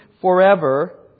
forever